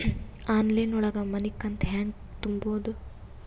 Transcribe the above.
Online ಒಳಗ ಮನಿಕಂತ ಹ್ಯಾಂಗ ತುಂಬುದು?